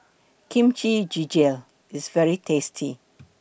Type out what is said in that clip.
Kimchi Jjigae IS very tasty